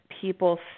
people